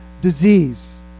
disease